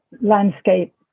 landscape